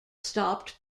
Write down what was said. stopped